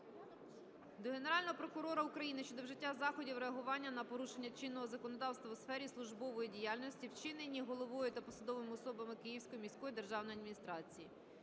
…до Генерального прокурора України щодо вжиття заходів реагування на порушення чинного законодавства у сфері службової діяльності, вчинені головою та посадовими особами Київської міської державної адміністрації.